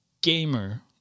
gamer